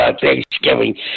Thanksgiving